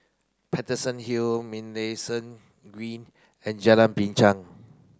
Paterson Hill Minlayson Green and Jalan Binchang